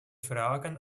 fragen